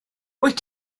wyt